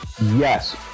Yes